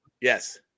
Yes